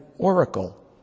oracle